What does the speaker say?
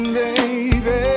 baby